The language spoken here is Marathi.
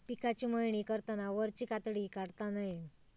पिकाची मळणी करताना वरची कातडी काढता नये